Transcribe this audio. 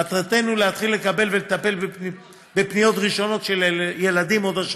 מטרתנו להתחיל לקבל ולטפל בפניות ראשונות של ילדים עוד השנה.